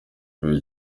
kuva